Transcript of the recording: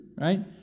right